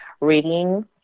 reading